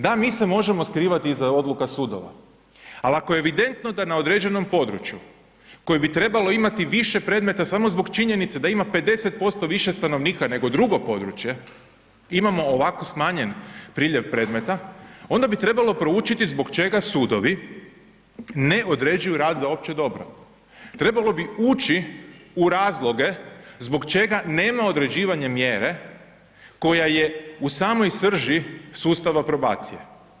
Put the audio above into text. Da, mi se možemo skrivati iza odluka sudova, ali ako je evidentno da na određenom području koji bi trebalo imati više predmeta samo zbog činjenice da ima 50% više stanovnika nego drugo područje imamo ovako smanjen priljev predmeta onda bi trebalo proučiti zbog čega sudovi ne određuju rad za opće dobro, trebalo bi ući u razloge zbog čega nema određivanja mjere koja je u samoj srži sustava probacije.